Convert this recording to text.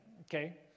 okay